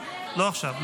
לא עכשיו,